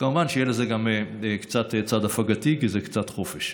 כמובן שיהיה לזה גם קצת צד הפגתי, כי זה קצת חופש.